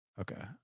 okay